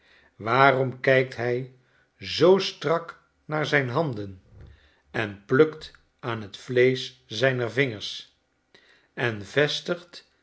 waarom kykt hij zoo strak naar zyn handen en plukt aan t vleesch zijner vingers en vestigt